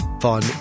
fun